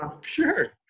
sure